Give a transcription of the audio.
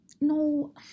No